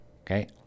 okay